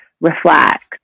reflect